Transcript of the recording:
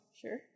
Sure